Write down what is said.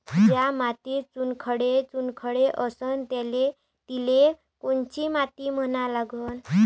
ज्या मातीत चुनखडे चुनखडे असन तिले कोनची माती म्हना लागन?